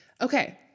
Okay